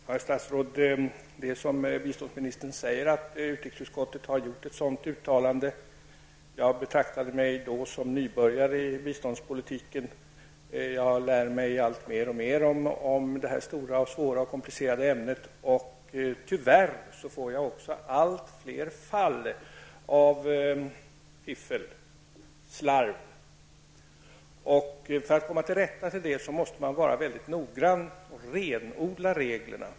Herr talman! Det är som biståndsministern säger, dvs. att utrikesutskottet har gjort ett sådant uttalande. Jag betraktade mig då som nybörjare i biståndspolitiken. Jag lär mig allt mer och mer om det stora, svåra och komplicerade ämnet. Tyvärr ser jag allt fler fall av fiffel eller slarv. För att komma till rätta med det måste man vara noggrann och renodla reglerna.